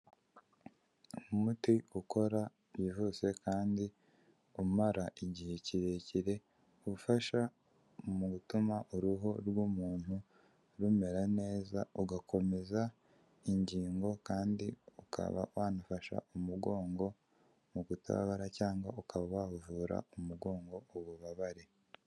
Umuti ukora byihuse kandi umara igihe kirekire ufasha mu gutuma uruhu rw'umuntu rumera neza ugakomeza ingingo kandi ukaba wanafasha umugongo mu kutababara cyangwa ukaba wavura umugongo ububabare.